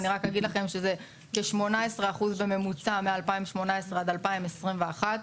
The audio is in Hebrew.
זה כ-18% בממוצע מ-2018 עד 2021,